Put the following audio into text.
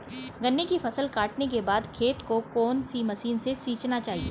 गन्ने की फसल काटने के बाद खेत को कौन सी मशीन से सींचना चाहिये?